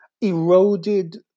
eroded